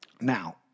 Now